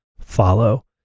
follow